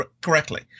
correctly